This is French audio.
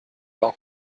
bains